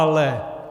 Ale!